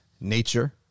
Nature